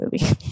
movie